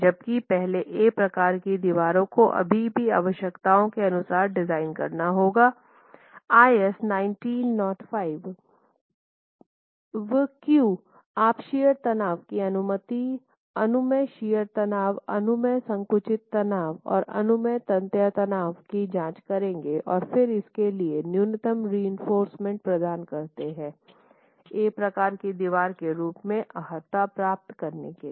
जबकि पहले ए प्रकार की दीवार को अभी भी आवश्यकताओं के अनुसार डिज़ाइन करना होगा IS 1905 क्यों आप शियर तनाव की अनुमति अनुमेय शियर तनाव अनुमेय संकुचित तनाव और अनुमेय तन्यता तनाव की जांच करेंगे और फिर इसके लिए न्यूनतम रिइंफोर्समेन्ट प्रदान करते हैं ए प्रकार की दीवार के रूप में अर्हता प्राप्त करने के लिए